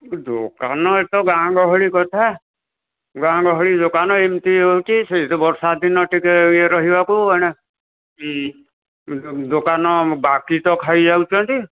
ଦୋକାନ ଏ ତ ଗାଁ ଗହଳି କଥା ଗାଁ ଗହଳି ଦୋକାନ ଏମିତି ହେଉଛି ସେଇ ବର୍ଷା ଦିନ ଟିକେ ଇଏ ରହିବାକୁ ଏଣେ ଦୋକାନ ବାକି ତ ଖାଇଯାଉଛନ୍ତି